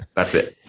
that's it.